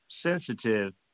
sensitive